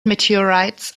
meteorites